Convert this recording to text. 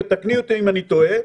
ותקני אותי אם אני טועה.